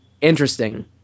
interesting